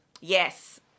Yes